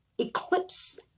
Eclipse